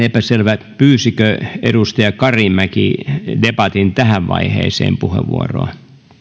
epäselvää pyysikö edustaja karimäki debatin tähän vaiheeseen puheenvuoroa arvoisa